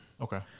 Okay